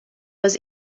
was